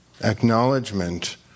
acknowledgement